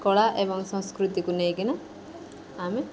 କଳା ଏବଂ ସଂସ୍କୃତିକୁ ନେଇକିନା ଆମେ